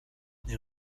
nie